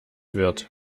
wird